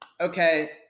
okay